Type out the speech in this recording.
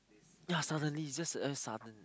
ya suddenly it's just a sudden